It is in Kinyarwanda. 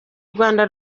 rwanda